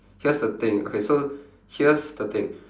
here's the thing okay so here's the thing